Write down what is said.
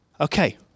Okay